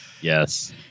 Yes